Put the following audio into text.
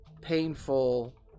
painful